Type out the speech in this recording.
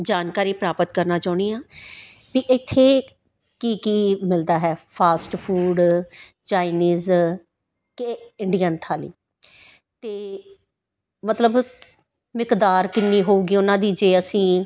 ਜਾਣਕਾਰੀ ਪ੍ਰਾਪਤ ਕਰਨਾ ਚਾਹੁੰਦੀ ਹਾਂ ਵੀ ਇੱਥੇ ਕੀ ਕੀ ਮਿਲਦਾ ਹੈ ਫਾਸਟ ਫੂਡ ਚਾਈਨੀਜ਼ ਕਿ ਇੰਡੀਅਨ ਥਾਲੀ ਅਤੇ ਮਤਲਬ ਮਿਕਦਾਰ ਕਿੰਨੀ ਹੋਊਗੀ ਉਹਨਾਂ ਦੀ ਜੇ ਅਸੀਂ